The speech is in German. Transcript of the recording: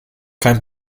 kein